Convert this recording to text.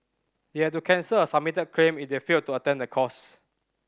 they had to cancel a submitted claim if they failed to attend the course